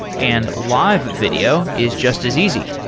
and live video is just as easy.